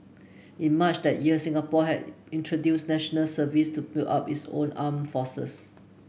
in March that year Singapore had introduced National Service to build up its own armed forces